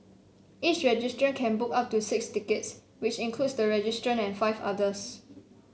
each registrant can book up to six tickets which includes the registrant and five others